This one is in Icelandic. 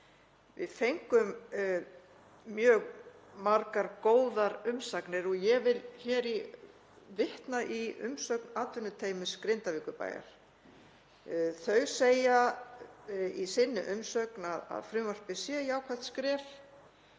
Við fengum mjög margar góðar umsagnir og ég vil hér vitna í umsögn atvinnuteymis Grindavíkurbæjar. Þau segja í sinni umsögn að frumvarpið sé jákvætt skref